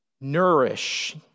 nourish